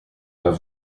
pas